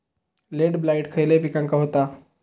Late blight खयले पिकांका होता?